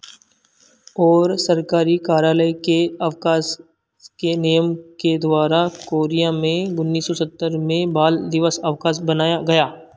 और सरकारी कार्यालय के अवकाश के नियम के द्वारा कोरिया में उन्नीस सौ सत्तर में बाल दिवस अवकाश मनाया गया